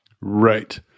Right